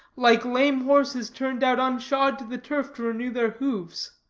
like lame horses turned out unshod to the turf to renew their hoofs.